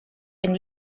and